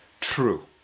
true